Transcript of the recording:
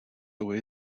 away